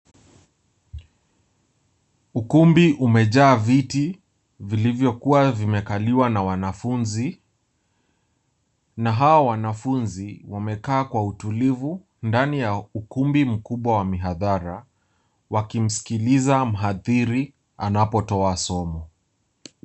Ukumbi umejaa viti vilivyo kuwa vime kaliwa na wanafunzi, na hao wanafunzi wamekaa kwa utulivu ndani ya ukumbi mkubwa wa mihadhara wakimsikiliza mhadhiri anapotoa somo.